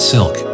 Silk